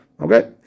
Okay